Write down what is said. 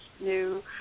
new